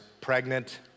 pregnant